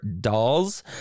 dolls